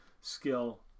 skill